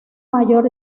mayor